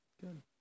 Good